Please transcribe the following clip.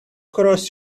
cross